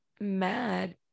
mad